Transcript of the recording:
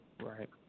Right